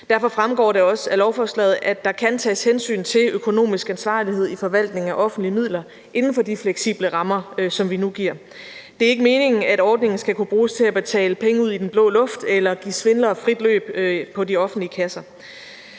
Derfor fremgår det også af lovforslaget, at der kan tages hensyn til økonomisk ansvarlighed i forvaltning af offentlige midler inden for de fleksible rammer, som vi nu giver. Det er ikke meningen, at ordningen skal kunne bruges til at betale penge ud i den blå luft eller at give svindlere frit løb på de offentlige kasser.